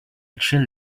chill